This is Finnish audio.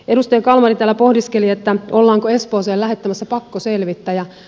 edustaja kalmari täällä pohdiskeli ollaanko espooseen lähettämässä pakkoselvittäjä